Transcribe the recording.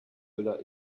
müller